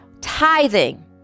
Tithing